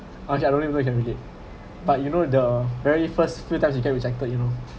okay I really know you can relate but you know the very first few times you get rejected you know